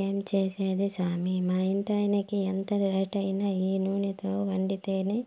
ఏం చేసేది సామీ మా ఇంటాయినకి ఎంత రేటైనా ఈ నూనెతో వండితేనే